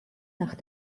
nach